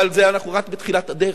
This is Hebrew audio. אבל אנחנו רק בתחילת הדרך,